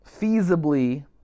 feasibly